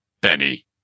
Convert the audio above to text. Benny